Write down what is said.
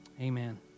Amen